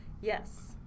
Yes